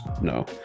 no